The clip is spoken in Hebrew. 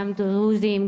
גם דרוזים,